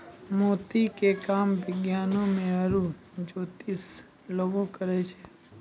मोती के काम विज्ञानोॅ में आरो जोतिसें लोग करै छै